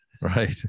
right